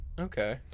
Okay